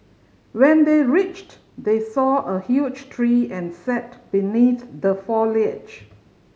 when they reached they saw a huge tree and sat beneath the foliage